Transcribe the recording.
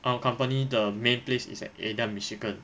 our company 的 main place is at ada michigan